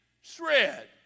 shred